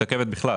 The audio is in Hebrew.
מתעכבת בכלל,